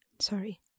sorry